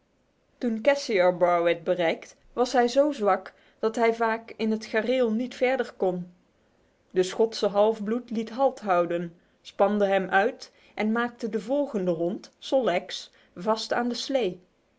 cassisar bar werd bereikt was hij zo zwak dat hij vaak in het gareel niet verder kon de schotse halfbloed liet halt houden spande hem uit en maakte de volgende hond sol leks vast aan de slee